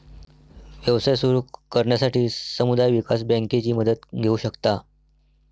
व्यवसाय सुरू करण्यासाठी समुदाय विकास बँकेची मदत घेऊ शकता